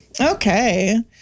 Okay